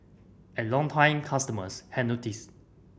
and longtime customers had noticed